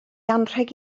anrheg